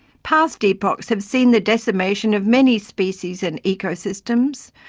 past epochs have seen the decimation of many species and ecosystems,